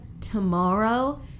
tomorrow